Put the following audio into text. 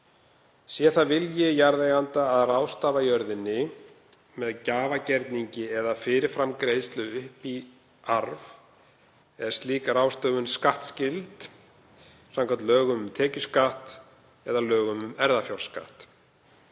Sé það vilji jarðeiganda að ráðstafa jörðinni með gjafagerningi eða fyrirframgreiðslu upp í arf er slík ráðstöfun skattskyld samkvæmt lögum um tekjuskatt eða lögum um erfðafjárskatt.